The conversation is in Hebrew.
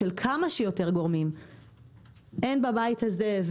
של כמה שיותר גורמים הן בבית הזה,